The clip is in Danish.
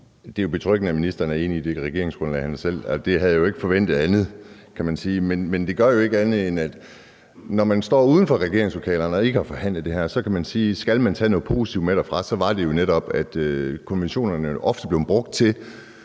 Det er jo betryggende, at ministeren er enig i regeringsgrundlaget, og jeg havde jo ikke forventet andet. Men når man står uden for regeringslokalerne og ikke har forhandlet det her, så kan man sige, at hvis man skal tage noget med derfra, så er det jo netop, at konventionerne – set i